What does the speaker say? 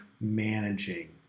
managing